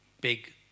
big